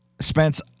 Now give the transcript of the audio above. Spence